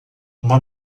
uma